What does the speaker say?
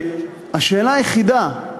השאלה היחידה,